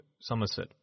Somerset